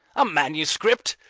a manuscript!